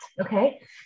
Okay